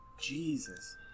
Jesus